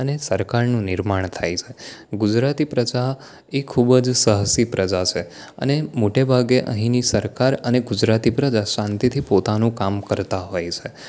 અને સરકારનું નિર્માણ થાય છે ગુજરાતી પ્રજા એ ખૂબ જ સાહસી પ્રજા છે અને મોટેભાગે અહીંની સરકાર અને ગુજરાતી પ્રજા શાંતિથી પોતાનું કામ કરતા હોય છે